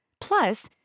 Plus